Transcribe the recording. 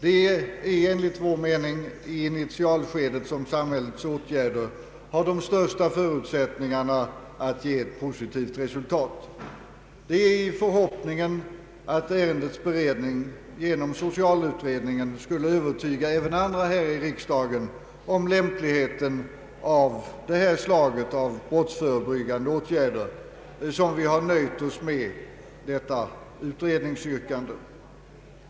Det är enligt vår mening i initialskedet som samhällets åtgärder har de största förutsättningarna att ge ett positivt resultat. Det är i förhoppningen att ärendets beredning genom socialutredningen skulle övertyga även andra här i riksdagen om lämpligheten av detta slag av brottsförebyggande åtgärder som vi har nöjt oss med detta utredningsyrkande.